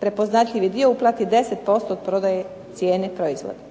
prepoznatljivi dio uplati 10% od prodaje cijene proizvoda.